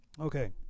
Okay